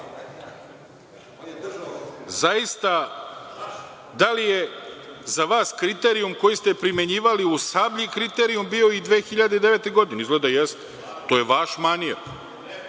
Zaista, da li je za vas kriterijum koji ste primenjivali u „Sablji“ kriterijum bio i 2009. godine? Izgleda jeste. To je vaš manir.